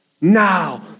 now